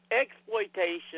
exploitation